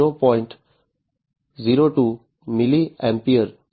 02 milliampere છે